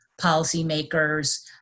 policymakers